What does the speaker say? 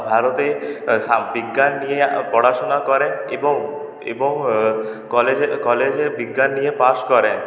ভারতে বিজ্ঞান নিয়ে পড়াশোনা করেন এবং এবং কলেজের কলেজে বিজ্ঞান নিয়ে পাশ করেন